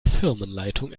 firmenleitung